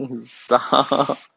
Stop